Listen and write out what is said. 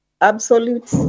absolute